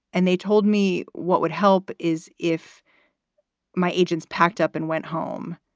and they told me what would help is if my agents packed up and went home.